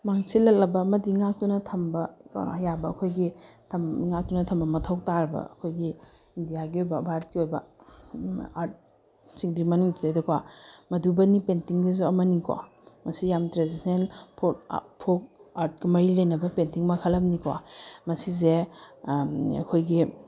ꯃꯥꯡꯁꯤꯜꯂꯛꯂꯕ ꯑꯃꯗꯤ ꯉꯥꯛꯇꯨꯅ ꯊꯝꯕ ꯀꯣ ꯌꯥꯕ ꯑꯩꯈꯣꯏꯒꯤ ꯉꯥꯛꯇꯨꯅ ꯊꯝꯕ ꯃꯊꯧ ꯇꯥꯔꯕ ꯑꯩꯈꯣꯏꯒꯤ ꯏꯟꯗꯤꯌꯥꯒꯤ ꯑꯣꯏꯕ ꯚꯥꯔꯠꯀꯤ ꯑꯣꯏꯕ ꯑꯥꯔꯠ ꯁꯤꯡꯒꯤ ꯃꯅꯨꯡꯁꯤꯗꯩꯗꯀꯣ ꯃꯗꯨꯕꯅꯤ ꯄꯦꯟꯇꯤꯡꯁꯤꯁꯨ ꯑꯃꯅꯤꯀꯣ ꯃꯁꯤ ꯌꯥꯝ ꯇ꯭ꯔꯦꯗꯤꯁꯅꯦꯜ ꯐꯣꯛ ꯐꯣꯛ ꯑꯥꯔꯠꯀ ꯃꯔꯤ ꯂꯩꯅꯕ ꯄꯦꯟꯇꯤꯡ ꯃꯈꯜ ꯑꯃꯅꯤꯀꯣ ꯃꯁꯤꯁꯦ ꯑꯩꯈꯣꯏꯒꯤ